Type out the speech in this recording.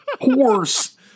horse